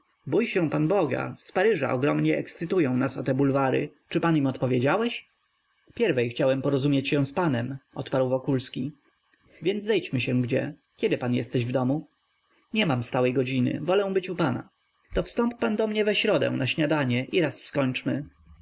bój się pan boga z paryża ogromnie ekscytują nas o te bulwary czy pan im odpowiedziałeś pierwej chciałem porozumieć się z panem odparł wokulski więc zejdźmy się gdzie kiedy pan jesteś w domu nie mam stałej godziny wolę być u pana to wstąp pan do mnie we środę na śniadanie i raz skończmy